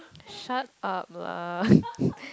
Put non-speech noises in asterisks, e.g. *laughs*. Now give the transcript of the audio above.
shut up lah *laughs*